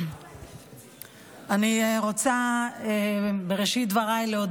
בראשית דבריי אני רוצה להודות